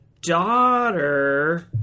daughter